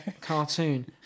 Cartoon